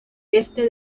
este